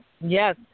yes